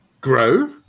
grow